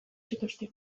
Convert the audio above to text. zituzten